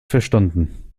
verstanden